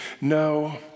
no